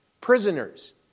prisoners